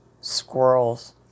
squirrels